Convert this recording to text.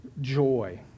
joy